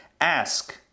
ask